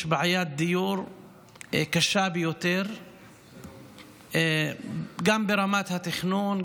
בעיית דיור קשה ביותר גם ברמת התכנון,